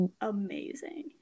amazing